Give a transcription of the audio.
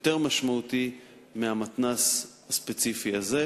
יותר משמעותי מהמתנ"ס הספציפי הזה.